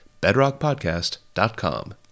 bedrockpodcast.com